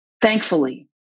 thankfully